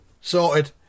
sorted